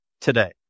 today